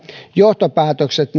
johtopäätökset